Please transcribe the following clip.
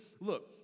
look